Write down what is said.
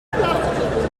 neuf